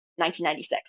1996